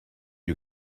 you